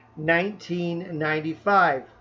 $19.95